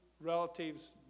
relatives